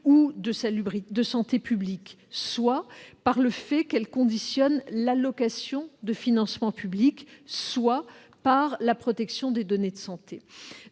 ou de santé publique, soit par le fait que la certification conditionne l'allocation de financements publics, soit par la protection des données de santé.